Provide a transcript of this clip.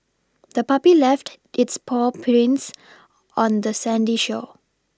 the puppy left its paw prints on the sandy shore